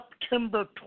September